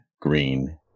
green